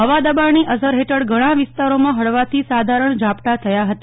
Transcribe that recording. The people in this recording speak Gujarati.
હવા દબાણની અસર હેઠળ ઘણા વિસ્તારોમાં હળવાથી સાધારણ ઝાપટા થયા હતા